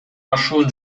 ашуун